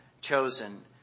chosen